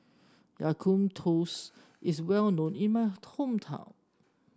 Ya Kun toast is well known in my hometown